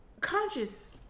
conscious